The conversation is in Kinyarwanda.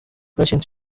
patient